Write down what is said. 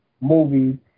movies